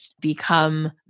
become